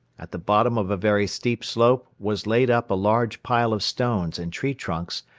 at the bottom of a very steep slope was laid up a large pile of stones and tree trunks,